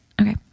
Okay